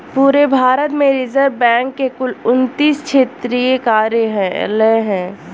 पूरे भारत में रिज़र्व बैंक के कुल उनत्तीस क्षेत्रीय कार्यालय हैं